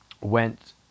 went